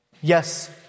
Yes